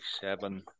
seven